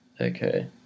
okay